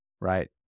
right